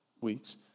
weeks